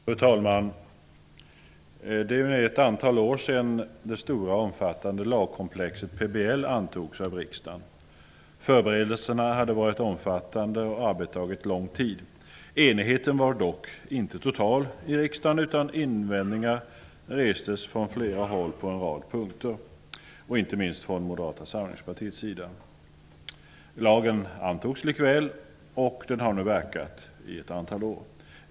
Fru talman! Det är nu ett antal år sedan det stora och omfattande lagkomplexet PBL antogs av riksdagen. Förberedelserna hade varit omfattande och arbetet hade tagit lång tid. Enigheten var dock inte total i riksdagen, utan invändningar restes från flera håll på en rad punkter, inte minst från Lagen antogs likväl och har nu verkat i ett antal år.